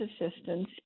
assistance